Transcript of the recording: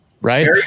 Right